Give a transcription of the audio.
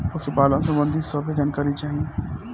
पशुपालन सबंधी सभे जानकारी चाही?